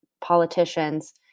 politicians